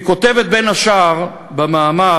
היא כותבת בין השאר במאמר,